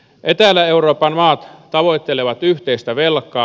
etelä euroopan maat tavoittelevat yhteistä velkaa